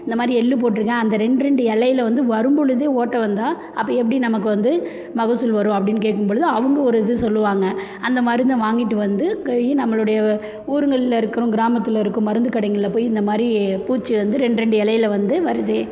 இந்த மாதிரி எள் போட்டிருக்கேன் அந்த ரெண்டு ரெண்டு இலைல வந்து வரும் பொழுதே ஓட்டை வந்தால் அப்போ எப்படி நமக்கு வந்து மகசூல் வரும் அப்படின்னு கேட்கும் பொழுது அவங்க ஒரு இது சொல்லுவாங்கள் அந்த மருந்தை வாங்கிட்டு வந்து கோயி நம்மளுடைய ஊருங்கள்ல இருக்கும் கிராமத்தில் இருக்க மருந்துக் கடைகள்ல போய் இந்த மாதிரி பூச்சி வந்து ரெண்டு ரெண்டு இலைல வந்து வருது